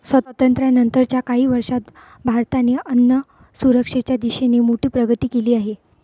स्वातंत्र्यानंतर च्या काही वर्षांत भारताने अन्नसुरक्षेच्या दिशेने मोठी प्रगती केली आहे